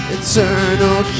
eternal